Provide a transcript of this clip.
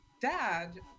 dad